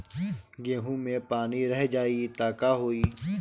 गेंहू मे पानी रह जाई त का होई?